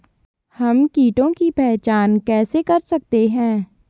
हम कीटों की पहचान कैसे कर सकते हैं?